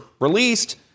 released